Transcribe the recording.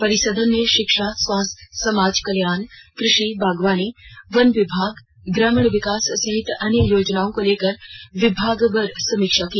परिसदन में शिक्षा स्वास्थ्य समाज कल्याण कृषि बागवानी वन विभाग ग्रामीण विकास सहित अन्य योजनाओं को लेकर विभागवार समीक्षा की